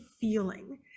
feeling